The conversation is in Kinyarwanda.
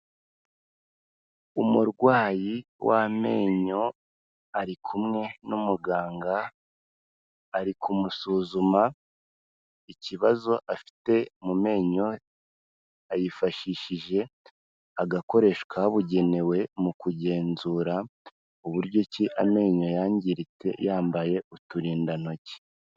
Umurwayi w'amenyo ari kumwe n'umuganga, ari kumusuzuma ikibazo afite mu menyo, yifashishije agakoresho kabugenewe mu kugenzura uburyo ki amenyo yangiritse yambaye uturindantoki.